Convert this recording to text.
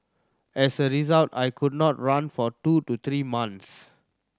as a result I could not run for two to three months